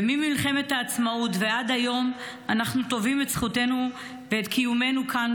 וממלחמת העצמאות ועד היום אנחנו תובעים את זכותנו ואת קיומנו כאן,